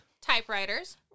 Typewriters